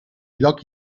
lloc